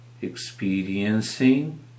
Experiencing